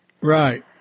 Right